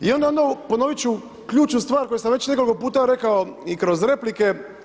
I onda ponovit ću ključnu stvar koju sam već nekoliko puta rekao i kroz replike.